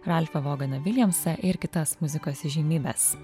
ralfą voganą viljamsą ir kitas muzikos įžymybes